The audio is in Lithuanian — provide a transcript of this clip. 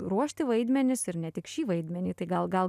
ruošti vaidmenis ir ne tik šį vaidmenį tai gal gal